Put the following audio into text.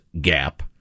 gap